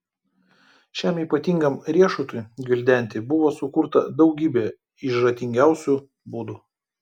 šiam ypatingam riešutui gvildenti buvo sukurta daugybė išradingiausių būdų